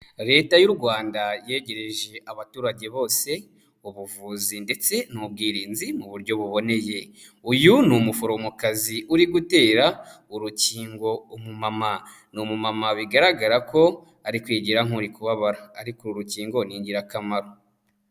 Leta y'u Rwanda yegereje abaturage bose ubuvuzi ndetse n'ubwirinzi mu buryo buboneye, uyu ni umuforomokazi uri gutera urukingo umumama, ni umumama bigaragara ko ari kwigira nk'uri kubabara ariko uru rukingo ni ingirakamaro.